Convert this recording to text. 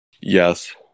Yes